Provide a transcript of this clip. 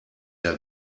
der